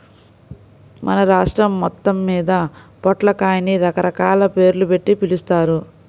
మన రాష్ట్రం మొత్తమ్మీద పొట్లకాయని రకరకాల పేర్లుబెట్టి పిలుస్తారు